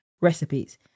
recipes